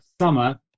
summer